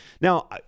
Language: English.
Now